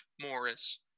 Morris